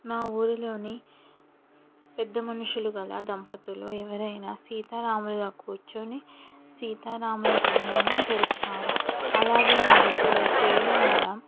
మా ఊరిలోని పెద్ద మనుషులు గల దంపతులు ఎవరైనా సీతారాములుగా కూర్చుని సీతారాముల కళ్యాణం జరుపుతారు అలాగే వారికి ఇలా చెయ్యడం వల్ల